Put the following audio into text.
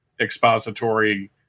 expository